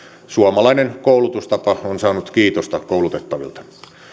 suomalainen koulutustapa on saanut kiitosta koulutettavilta